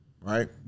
Right